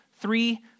Three